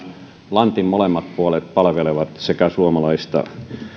lantin molemmat puolet palvelevat sekä suomalaista